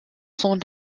sont